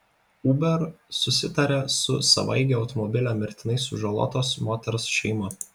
uber susitarė su savaeigio automobilio mirtinai sužalotos moters šeima